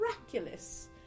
miraculous